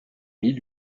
mille